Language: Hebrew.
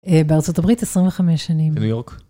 בארצות הברית 25 שנים. בניו יורק?